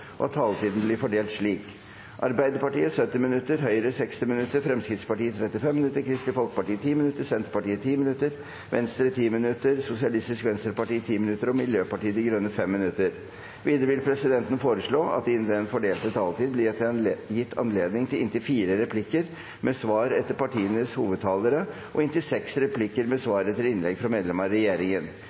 og at taletiden blir fordelt slik: Arbeiderpartiet 70 minutter, Høyre 60 minutter, Fremskrittspartiet 35 minutter, Kristelig Folkeparti 10 minutter, Senterpartiet 10 minutter, Venstre 10 minutter, Sosialistisk Venstreparti 10 minutter og Miljøpartiet De Grønne 5 minutter. Videre vil presidenten foreslå at det – innenfor den fordelte taletid – blir gitt anledning til replikkordskifte på inntil fire replikker med svar etter partienes hovedtalere og inntil seks replikker med svar etter innlegg fra medlemmer av regjeringen.